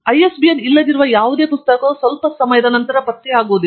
ISBN ಇಲ್ಲದಿರುವ ಯಾವುದೇ ಪುಸ್ತಕವು ಸ್ವಲ್ಪ ಸಮಯದ ನಂತರ ಪತ್ತೆಯಾಗಿಲ್ಲ